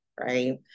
right